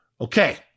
Okay